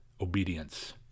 obedience